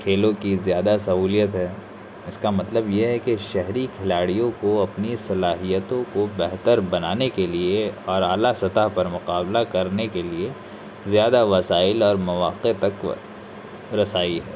کھیلوں کی زیادہ سہولیت ہے اس کا مطلب یہ ہے کہ شہری کھلاڑیو کو اپنی صلاحیتو کو بہتر بنانے کے لیے اور اعلیٰ سطح پر مقابلہ کرنے کے لیے زیادہ وسائل اور مواقع تک رسائی ہے